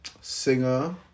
singer